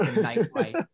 nightlight